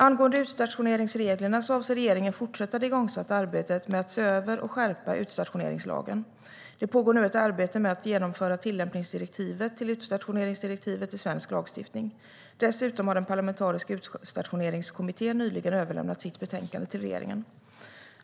Angående utstationeringsreglerna avser regeringen att fortsätta det igångsatta arbetet med att se över och skärpa utstationeringslagen. Det pågår nu ett arbete med att genomföra tillämpningsdirektivet till utstationeringsdirektivet i svensk lagstiftning. Dessutom har den parlamentariska Utstationeringskommittén nyligen överlämnat sitt betänkande till regeringen.